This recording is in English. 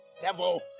Devil